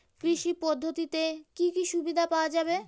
কৃষি পদ্ধতিতে কি কি সুবিধা পাওয়া যাবে?